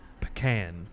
pecan